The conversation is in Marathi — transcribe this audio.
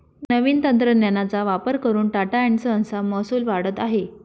नवीन तंत्रज्ञानाचा वापर करून टाटा एन्ड संस चा महसूल वाढत आहे